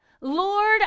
Lord